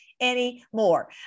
anymore